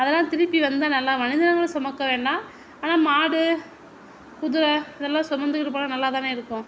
அதெலாம் திரும்பி வந்தால் நல்லா மனிதர்கள சுமக்க வேண்டாம் ஆனால் மாடு குதிரை இதெலாம் சுமந்துக்கிட்டு போனால் நல்லாதானே இருக்கும்